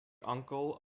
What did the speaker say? uncle